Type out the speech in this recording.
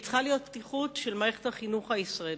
וצריכה להיות פתיחות של מערכת החינוך הישראלית.